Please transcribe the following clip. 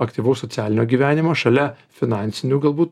aktyvaus socialinio gyvenimo šalia finansinių galbūt